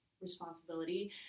responsibility